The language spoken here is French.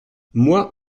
moi